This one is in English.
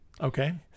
Okay